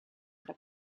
tra